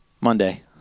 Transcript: Monday